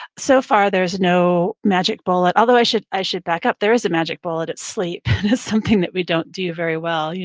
so far, there's no magic bullet, although i should i should back up. there is a magic bullet. it's sleep, something that we don't do very well,